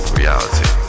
reality